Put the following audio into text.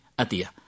atia